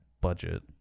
budget